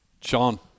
Sean